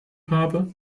habe